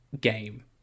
game